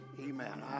Amen